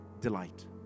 delight